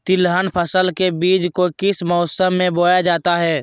तिलहन फसल के बीज को किस मौसम में बोया जाता है?